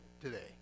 today